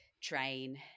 train